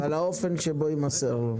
ועל האופן שבו הוא יימסר.